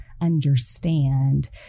understand